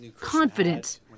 confident